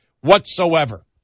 whatsoever